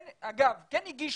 אגב, הם כן הגישו,